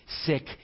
sick